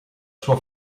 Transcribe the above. sua